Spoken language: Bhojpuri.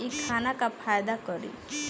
इ खाना का फायदा करी